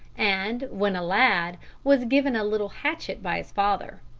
and, when a lad, was given a little hatchet by his father.